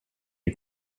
est